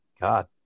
God